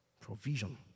Provision